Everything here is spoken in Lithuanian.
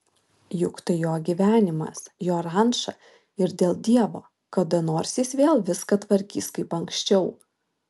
juk tai jo gyvenimas jo ranča ir dėl dievo kada nors jis vėl viską tvarkys kaip anksčiau